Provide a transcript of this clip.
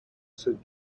sir